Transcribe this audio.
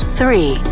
three